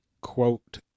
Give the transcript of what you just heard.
quote